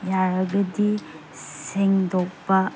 ꯌꯥꯔꯒꯗꯤ ꯁꯦꯡꯗꯣꯛꯄ